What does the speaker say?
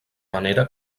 manera